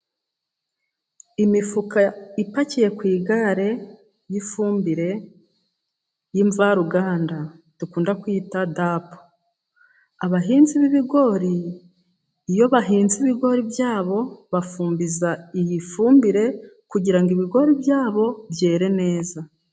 Imifuka ipakiye ku igare y'ifumbire y'imvaruganda dukunda kuyita dapu, abahinzi b'ibigori iyo bahinze ibigori byabo, bafumbiza iyi fumbire kugira ngo ibigori byabo byere neza.